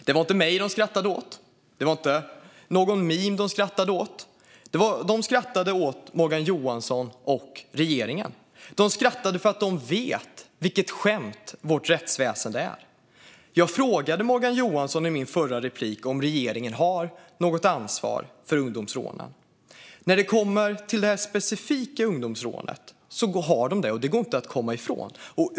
Det var inte mig de skrattade åt, det var inte ett mem de skrattade åt, utan de skrattade åt Morgan Johansson och regeringen. De skrattade därför att de vet vilket skämt vårt rättsväsen är. Jag frågade Morgan Johansson i mitt förra inlägg om regeringen har något ansvar för ungdomsrånen. När det kommer till det specifika ungdomsrånet har regeringen det; det går inte att komma ifrån.